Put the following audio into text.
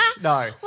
no